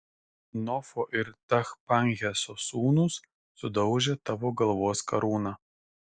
nofo ir tachpanheso sūnūs sudaužė tavo galvos karūną